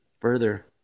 further